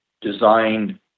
designed